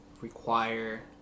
require